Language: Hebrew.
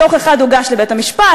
דוח אחד הוגש לבית-המשפט,